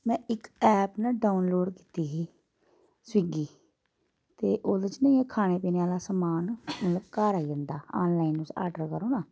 में इक ऐप ना डाउनलोड कीती ही स्विगी ते ओहदे च नी एह् खाने पीने आह्ला समान मतलब घर आई जंदा आनलाइन तुस आर्डर करो नां